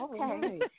Okay